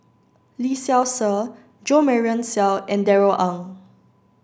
Lee Seow Ser Jo Marion Seow and Darrell Ang